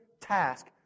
task